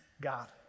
God